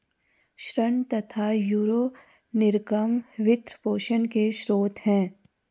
ऋण तथा यूरो निर्गम वित्त पोषण के स्रोत है